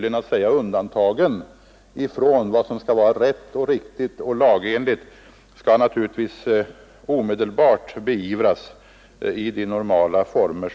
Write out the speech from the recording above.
Överträdelser av lagar och förordningar skall naturligtvis omedelbart beivras på normala vägar.